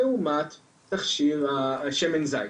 לעומת תכשיר השמן זית.